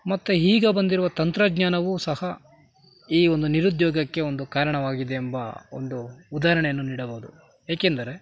ಮತ್ತು ಈಗ ಬಂದಿರುವ ತಂತ್ರಜ್ಞಾನವೂ ಸಹ ಈ ಒಂದು ನಿರುದ್ಯೋಗಕ್ಕೆ ಒಂದು ಕಾರಣವಾಗಿದೆ ಎಂಬ ಒಂದು ಉದಾಹರ್ಣೆಯನ್ನು ನೀಡಬೌದು ಏಕೆಂದರೆ